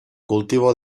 cultivo